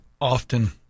often